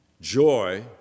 joy